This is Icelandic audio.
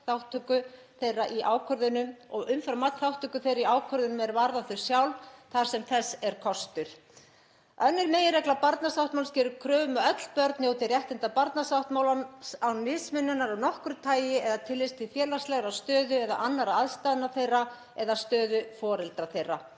þau kunna að þarfnast og umfram allt þátttöku þeirra í ákvörðunum er varða þau sjálf þar sem þess er kostur. Önnur meginregla barnasáttmálans gerir kröfu um að öll börn njóti réttinda barnasáttmálans án mismununar af nokkru tagi eða tillits til félagslegrar stöðu eða annarra aðstæðna þeirra eða stöðu foreldra þeirra.